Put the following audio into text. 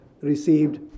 received